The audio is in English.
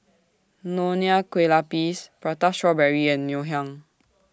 Nonya Kueh Lapis Prata Strawberry and Ngoh Hiang